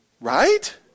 Right